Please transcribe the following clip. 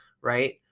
right